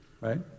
right